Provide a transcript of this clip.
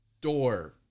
door